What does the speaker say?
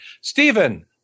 Stephen